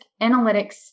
analytics